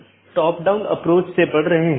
बस एक स्लाइड में ऑटॉनमस सिस्टम को देख लेते हैं